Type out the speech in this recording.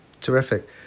Terrific